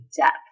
depth